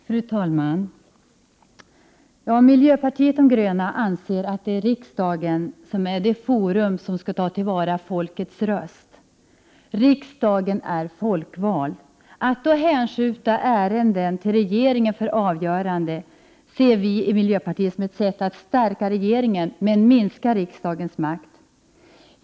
Fru talman! Miljöpartiet de gröna anser att riksdagen är det forum som skall ta till vara folkets röst. Riksdagen är folkvald. Att då hänskjuta ärenden till regeringen för avgörande ser vi inom miljöpartiet såsom ett sätt att stärka regeringen men minska riksdagens makt.